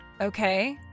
okay